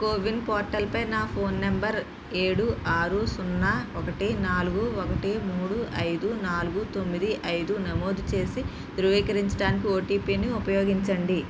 CoWIN పోర్టల్పై నా phone number ఏడు ఆరు సున్నా ఒకటి నాలుగు ఒకటి మూడు ఐదు నాలుగు తొమ్మిది ఐదు నమోదు చేసి ధృవీకరరించడానికి ఓటిపిని ఉపయోగించండి